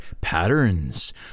patterns